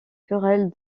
querelles